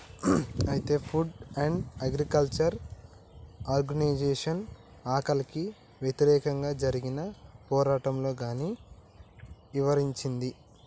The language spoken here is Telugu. అయితే ఫుడ్ అండ్ అగ్రికల్చర్ ఆర్గనైజేషన్ ఆకలికి వ్యతిరేకంగా జరిగిన పోరాటంలో గాన్ని ఇవరించింది